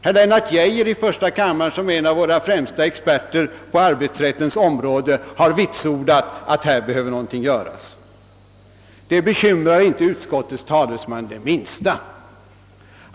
Herr Lennart Geijer i första kammaren, som är en av våra främsta experter på arbetsrättens område, har vitsordat att här behöver något göras. Detta bekymrar inte utskottets talesman det minsta.